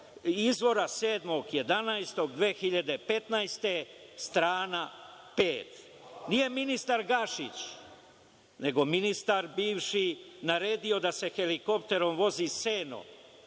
godine, strana 5.Nije ministar Gašić, nego ministar bivši naredio da se helikopterom vozi seno,